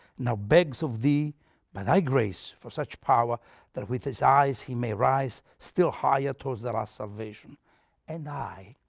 now begs of thee by thy grace for such power that with his eyes he may rise still higher towards the last salvation and i,